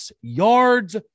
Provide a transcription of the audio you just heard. yards